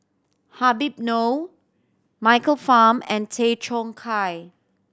Habib Noh Michael Fam and Tay Chong Hai